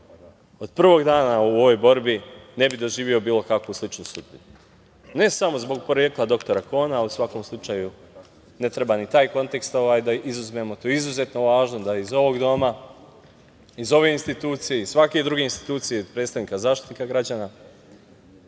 od prvog dana u ovoj borbi, ne bi doživeo bilo kakvu sličnu sudbinu. Ne samo zbog porekla dr Kona, a u svakom slučaju ne treba ni taj kontekst da izuzmemo, to je izuzetno važno, da iz ovog doma, iz ove institucije, iz svake druge institucije i predstavnika Zaštitnika građana,